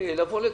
לבוא לכאן.